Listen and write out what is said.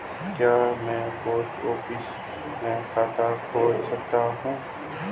क्या मैं post office में खाता खोल सकता हूँ?